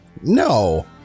No